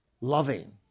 loving